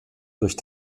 durch